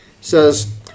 says